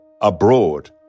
abroad